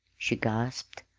she gasped.